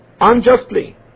unjustly